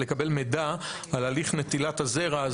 לקבל מידע על הליך נטילת הזרע,